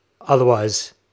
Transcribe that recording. Otherwise